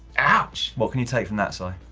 ouch. what can you take from that si?